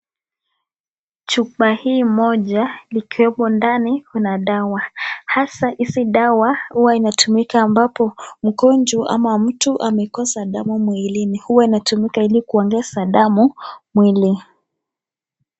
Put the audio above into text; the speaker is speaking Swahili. Chupa hii moja likiwepo ndani kuna dawa. Hasa hizi dawa huwa inatumika ambapo mgonjwa ama mtu amekosa damu mwilini huwa inatumika ili kuingeza damu mwili.